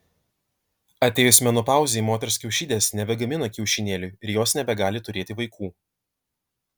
atėjus menopauzei moters kiaušidės nebegamina kiaušinėlių ir jos nebegali turėti vaikų